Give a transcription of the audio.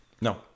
No